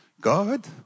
God